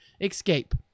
escape